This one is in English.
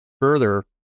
further